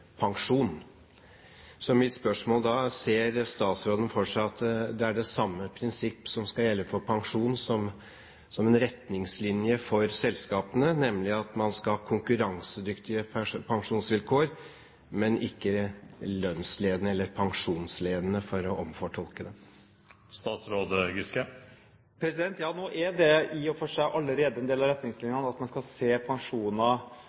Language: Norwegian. pensjon. Så mitt spørsmål er da: Ser statsråden for seg at det er det samme prinsipp som skal gjelde for pensjon, som en retningslinje for selskapene, nemlig at man skal ha konkurransedyktige pensjonsvilkår, men ikke lønnsledende, eller pensjonsledende, for å omtolke det? Ja, nå er det i og for seg allerede en del av retningslinjene at man skal se pensjoner,